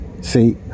See